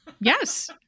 Yes